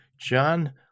John